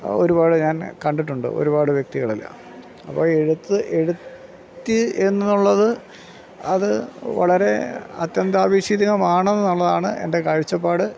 ഒരുപാട് ഞാൻ കണ്ടിട്ടുണ്ട് ഒരുപാട് വ്യക്തികളിൽ അപ്പോൾ എഴുത്ത് എഴുത്ത് എന്നുള്ളത് അത് വളരെ അത്യന്താപേക്ഷിതമാണ് എന്നുള്ളതാണ് എൻ്റെ കാഴ്ചപ്പാട്